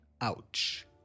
Ouch